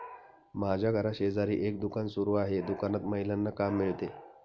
माझ्या घराशेजारी एक दुकान सुरू आहे दुकानात महिलांना काम मिळते